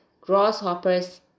grasshoppers